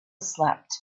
slept